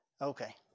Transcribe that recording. Okay